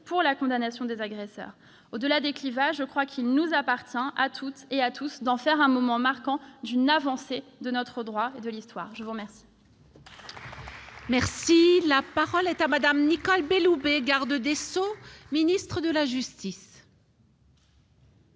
pour la condamnation des agresseurs. Au-delà des clivages, il nous appartient à toutes et à tous d'en faire un moment marquant d'une avancée de notre droit et de l'Histoire. La parole